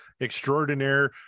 extraordinaire